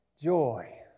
joy